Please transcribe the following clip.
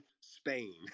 spain